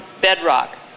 bedrock